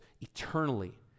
eternally